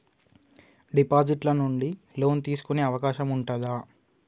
Deposit ల నుండి loan తీసుకునే అవకాశం ఉంటదా?